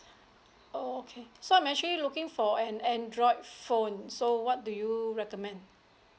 okay so I'm actually looking for an android phone so what do you recommend